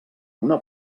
una